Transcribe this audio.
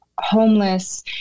homeless